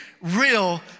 real